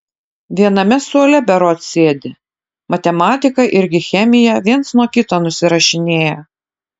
viename suole berods sėdi matematiką irgi chemiją viens nuo kito nusirašinėja